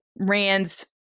Rand's